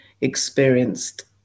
experienced